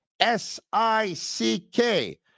S-I-C-K